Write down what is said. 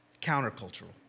Counter-cultural